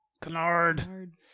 Canard